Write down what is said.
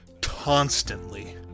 constantly